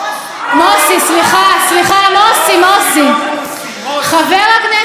הפסיקה כי בג"ץ הופך לסניף של מועצת יש"ע.